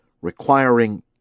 requiring